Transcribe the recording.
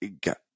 Got